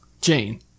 Jane